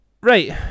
right